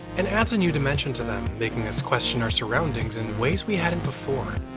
and adds a new dimension to them, making us question our surroundings in ways we hadn't before.